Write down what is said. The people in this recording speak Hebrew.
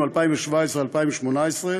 התקציב 2017 ו-2018),